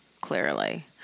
clearly